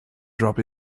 drop